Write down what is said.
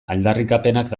aldarrikapenak